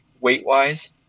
Weight-wise